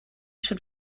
schon